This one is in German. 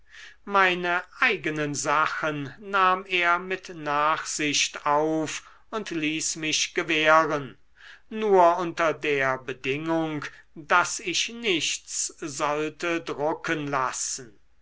meine eigenen sachen nahm er mit nachsicht auf und ließ mich gewähren nur unter der bedingung daß ich nichts sollte drucken lassen